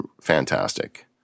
fantastic